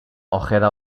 ojeda